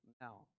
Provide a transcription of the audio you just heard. now